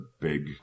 big